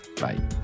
Bye